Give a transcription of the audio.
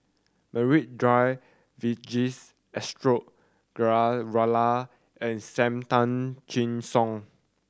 Maria Dyer Vijesh Ashok Ghariwala and Sam Tan Chin Siong